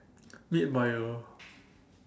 made by a